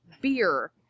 beer